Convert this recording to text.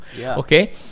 Okay